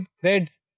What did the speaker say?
threads